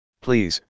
Please